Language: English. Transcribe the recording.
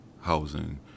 housing